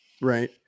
right